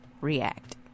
React